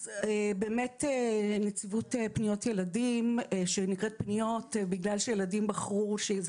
אז נציבות פניות ילדים נקראת פניות בגלל שילדים בחרו שזה